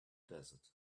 desert